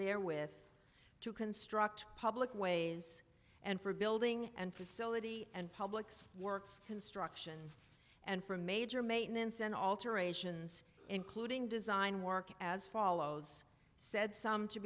there with to construct public ways and for building and facility and publics works construction and for major maintenance and alterations including design work as follows said some to